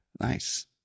Nice